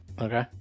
Okay